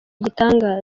igitangaza